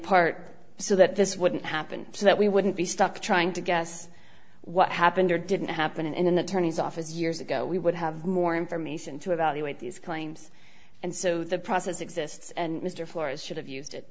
part so that this wouldn't happen so that we wouldn't be stuck trying to guess what happened or didn't happen in an attorney's office years ago we would have more information to evaluate these claims and so the process exists and mr flora's should have used it